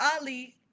ali